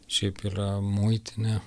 šiaip yra muitinė